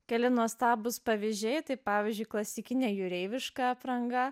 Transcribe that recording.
keli nuostabūs pavėžėti pavyzdžiui klasikinė jūreiviška apranga